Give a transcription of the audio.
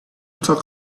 talk